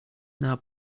now